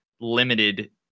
limited